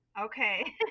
okay